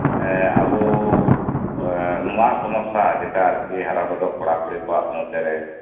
ᱦᱮᱸ ᱟᱵᱚ ᱱᱚᱣᱟ ᱥᱚᱢᱚᱥᱥᱟ ᱪᱮᱛᱟᱱᱨᱮ ᱦᱟᱨᱟ ᱜᱚᱫᱚᱜ ᱠᱚᱲᱟ ᱠᱩᱲᱤ ᱠᱚᱣᱟᱜ ᱢᱚᱫᱫᱷᱮᱨᱮ